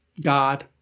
God